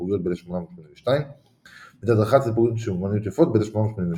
הציבוריות ב-1882 ואת ההדרכה הציבורית של אומנויות יפות ב-1883.